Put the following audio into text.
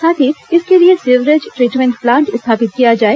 साथ ही इसके लिए सीवरेज ट्रीटमेंट प्लांट स्थापित किया जाए